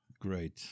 Great